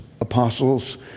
apostles